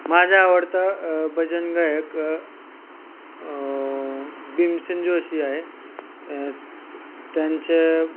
माझा आवडता भजन गायक भीमसेन जोशी आहे त्यांच्या